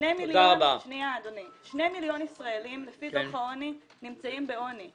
2 מיליון ישראלים, לפי דוח העוני, נמצאים בעוני.